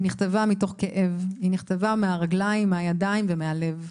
היא נכתבה מתוך כאב, מהרגליים, מהידיים ומהלב.